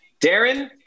Darren